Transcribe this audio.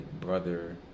brother